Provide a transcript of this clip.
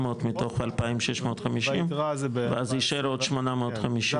מתוך 2,650 ואז יישאר עוד 850 יחידות.